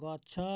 ଗଛ